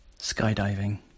Skydiving